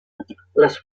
les